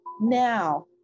now